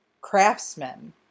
craftsman